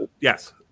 yes